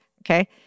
Okay